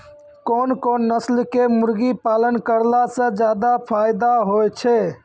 कोन कोन नस्ल के मुर्गी पालन करला से ज्यादा फायदा होय छै?